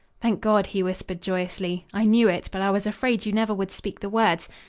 thank god! he whispered joyously. i knew it, but i was afraid you never would speak the words.